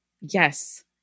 yes